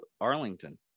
Arlington